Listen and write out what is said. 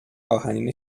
آهنین